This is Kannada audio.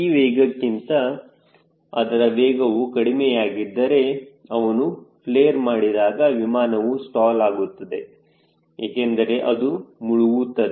ಈ ವೇಗಕ್ಕಿಂತ ಅದರ ವೇಗವು ಕಡಿಮೆಯಾಗಿದ್ದರೆ ಅವನು ಪ್ಲೇರ್ ಮಾಡಿದಾಗ ವಿಮಾನವು ಸ್ಟಾಲ್ ಆಗುತ್ತದೆ ಏಕೆಂದರೆ ಅದು ಮುಳುಗುತ್ತದೆ